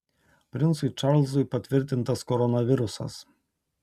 princui čarlzui patvirtintas koronavirusas